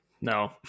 No